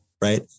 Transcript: Right